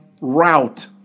route